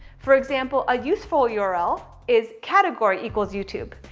for example, a useful yeah url is category equals youtube.